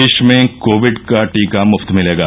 देश में कोविड का टीका मृफ्त मिलेगा